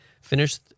finish